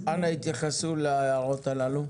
אנא התייחסו להערות הללו.